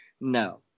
No